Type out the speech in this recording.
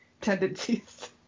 tendencies